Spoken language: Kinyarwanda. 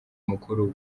mukuru